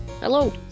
hello